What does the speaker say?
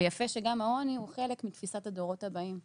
ויפה שגם העוני הוא חלק מתפיסת הדורות הבאים.